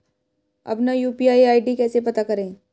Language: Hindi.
अपना यू.पी.आई आई.डी कैसे पता करें?